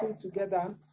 together